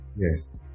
Yes